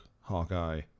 Hawkeye